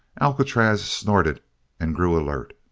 alcatraz snorted and grew alert.